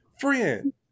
Friend